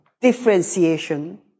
differentiation